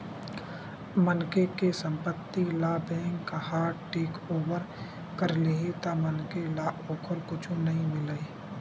मनखे के संपत्ति ल बेंक ह टेकओवर कर लेही त मनखे ल ओखर कुछु नइ मिलय